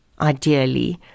Ideally